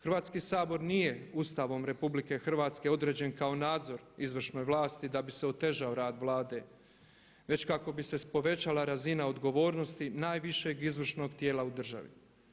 Hrvatski sabor nije Ustavom Republike Hrvatske određen kao nadzor izvršnoj vlasti da bi se otežao rad Vlade već kako bi se povećala razina odgovornosti najvišeg izvršnog tijela u državi.